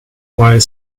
while